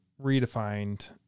redefined